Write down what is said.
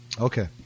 Okay